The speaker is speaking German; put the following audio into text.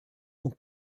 und